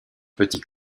petits